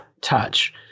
touch